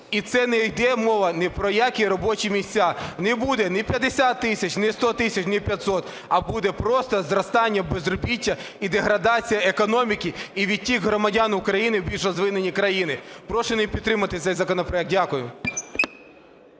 І це не йде мова ні про які робочі місця. Не буде ні 50 тисяч, ні 100 тисяч, ні 500, а буде просто зростання безробіття і деградація економіки, і відтік громадян України в більш розвинені країни. Прошу не підтримувати цей законопроект. Дякую.